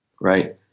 Right